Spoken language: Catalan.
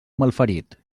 malferit